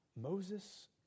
Moses